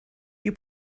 you